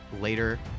later